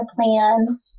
plan